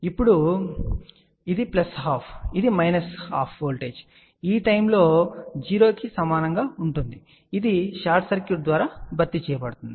ఇప్పుడు ఇది ప్లస్ సగం ఇది మైనస్ సగం వోల్టేజ్ ఈ నిర్దిష్ట సమయంలో 0 కి సమానంగా ఉంటుందని మీరు చెప్పవచ్చు ఇది షార్ట్ సర్క్యూట్ ద్వారా భర్తీ చేయబడుతుంది